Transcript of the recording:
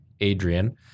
Adrian